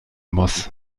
muss